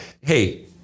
hey